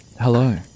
Hello